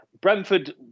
Brentford